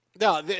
No